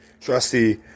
trusty